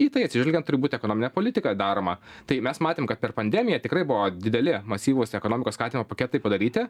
į tai atsižvelgiant turi būt ekonominė politika daroma tai mes matėm kad per pandemiją tikrai buvo dideli masyvūs ekonomikos skatinimo paketai padaryti